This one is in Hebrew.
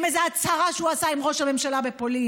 עם איזו הצהרה שהוא עשה עם ראש הממשלה בפולין,